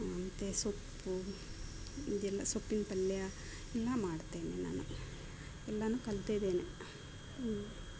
ಮತ್ತು ಸೊಪ್ಪು ಇದೆಲ್ಲ ಸೊಪ್ಪಿನ ಪಲ್ಯ ಎಲ್ಲ ಮಾಡ್ತೇನೆ ನಾನು ಎಲ್ಲಾನು ಕಲ್ತಿದೇನೆ